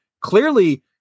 clearly –